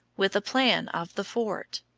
with a plan of the fort,